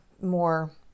more